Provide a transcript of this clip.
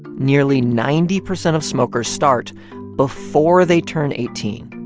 nearly ninety percent of smokers start before they turn eighteen,